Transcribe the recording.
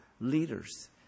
leaders